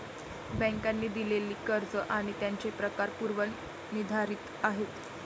बँकांनी दिलेली कर्ज आणि त्यांचे प्रकार पूर्व निर्धारित आहेत